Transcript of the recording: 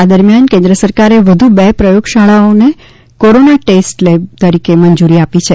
આ દરમિયાન કેન્દ્ર સરકારે વધુ બે પ્રયોગશાળાઓને કોરોના ટેસ્ટ લેબ તરીકે મંજૂરી આપી છે